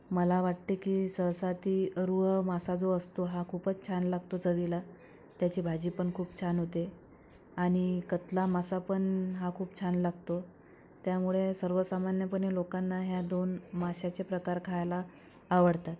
मला वाटते की सहसा ती रुह मासा जो असतो हा खूपच छान लागतो चवीला त्याची भाजी पण खूप छान होते आणि कतला मासा पण हा खूप छान लागतो त्यामुळे सर्वसामान्यपणे लोकांना ह्या दोन माशाचे प्रकार खायला आवडतात